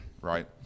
right